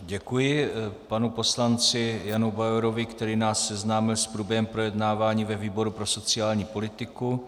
Děkuji panu poslanci Janu Bauerovi, který nás seznámil s průběhem projednávání ve výboru pro sociální politiku.